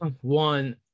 one